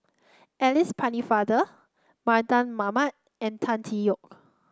Alice Pennefather Mardan Mamat and Tan Tee Yoke